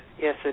Yes